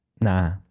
Nah